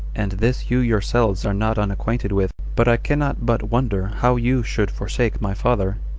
and this you yourselves are not unacquainted with but i cannot but wonder how you should forsake my father,